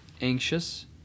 anxious